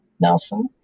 Nelson